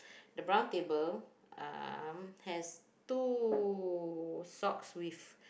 the brown table um has two socks with